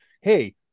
hey